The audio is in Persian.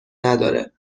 نداره